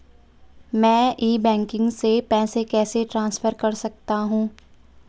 मैं e banking से पैसे कैसे ट्रांसफर कर सकता हूं?